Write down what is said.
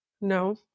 no